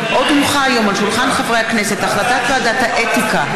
מבין, נורית קורן, וגם את קולי.